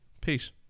peace